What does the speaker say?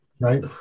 right